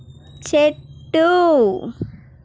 చెట్టు